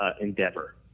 endeavor